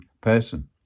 person